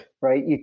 Right